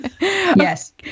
Yes